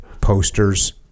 posters